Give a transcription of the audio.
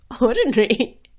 ordinary